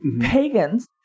pagans